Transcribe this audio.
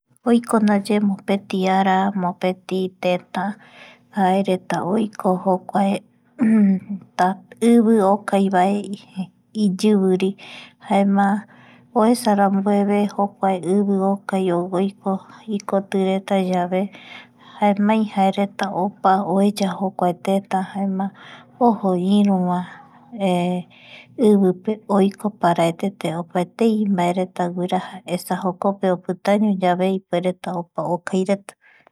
Oiko ndaye mopeti ara mopeti teta jaereta oiko jokuae ivi okaiva iyiviri jaema oesarambueve jokuae ivi okai ikoti reta yave jaemai jaereta opa oeya jokuae teta jaema ojo iru ivipe oiko paraetetevae opaetei mbaereta guiraja esa jokope opitaño yave ipuereta opa okaireta